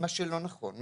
מה שלא נכון,